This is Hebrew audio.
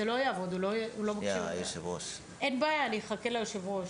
אני אחכה ליושב הראש,